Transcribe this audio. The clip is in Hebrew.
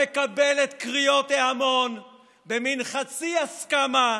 המקבל את קריאות ההמון במין חצי הסכמה,